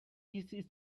his